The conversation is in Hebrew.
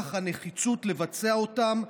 נוכח הנחיצות לבצע אותן,